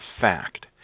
fact